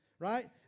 Right